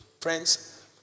Friends